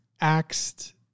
axed